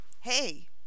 hey